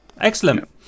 Excellent